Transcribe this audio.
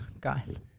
Guys